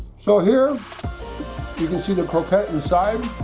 so here you can see the croquette inside